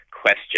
question